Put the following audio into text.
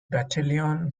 battalion